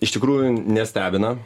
iš tikrųjų nestebina